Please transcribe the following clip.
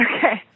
Okay